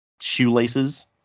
shoelaces